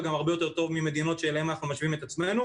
והוא גם הרבה יותר טוב ממדינות שאליהן אנחנו משווים את עצמנו,